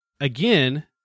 again